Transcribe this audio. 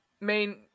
main